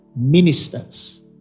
ministers